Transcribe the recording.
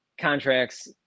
contracts